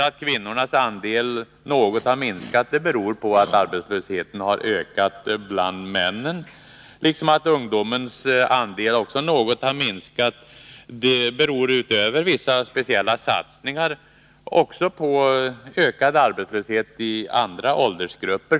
Att kvinnornas andel något har minskat beror på att arbetslösheten har ökat bland männen, medan det faktum att ungdomens andel också något har minskat beror på — utöver vissa speciella satsningar — en ökad arbetslöshet i andra åldersgrupper.